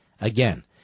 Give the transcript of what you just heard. Again